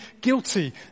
guilty